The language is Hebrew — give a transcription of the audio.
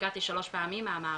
נפגעתי שלוש פעמים מהמערכת,